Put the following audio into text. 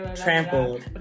trampled